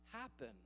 happen